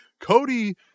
Cody